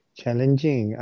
challenging